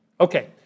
Okay